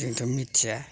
जोंथ' मिथिया